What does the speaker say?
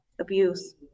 abuse